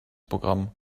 programm